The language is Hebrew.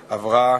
למקומו,